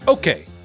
Okay